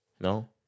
No